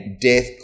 death